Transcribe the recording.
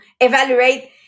evaluate